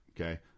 Okay